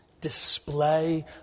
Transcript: display